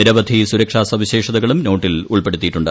നിരവധി സുരക്ഷാ സവിശേഷതകളും നോട്ടിൽ ഉൾപ്പെടുത്തിയിട്ടുണ്ട്